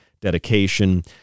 dedication